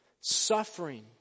suffering